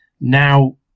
now